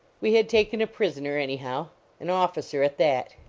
we had taken a prisoner, anyhow an officer, at that.